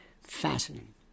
fascinating